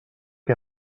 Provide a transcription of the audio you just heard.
què